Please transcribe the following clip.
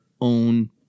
own